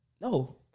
No